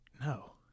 No